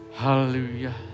Hallelujah